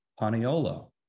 paniolo